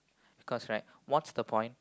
of course right what's the point